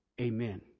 Amen